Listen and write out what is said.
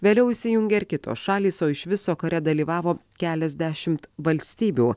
vėliau įsijungė ir kitos šalys o iš viso kare dalyvavo keliasdešimt valstybių